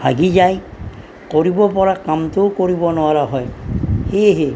ভাগি যায় কৰিব পৰা কামটোও কৰিব নোৱাৰা হয় সেয়েহে